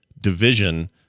division